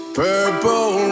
purple